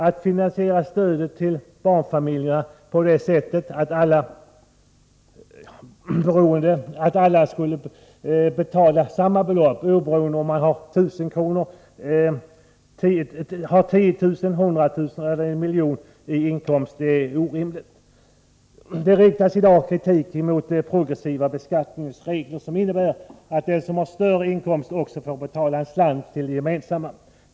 Att finansiera stödet till barnfamiljerna på det sättet att alla skulle betala samma belopp, enligt förslaget 1350 kr. oberoende av om man har 10000, 100000 eller 1 milj.kr. i inkomst, är orimligt och orättvist. Det riktas i dag kritik mot den progressiva beskattningens regler, som innebär att den som har en större inkomst också får betala en slant mer till det gemensamma.